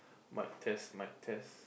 mic test mic test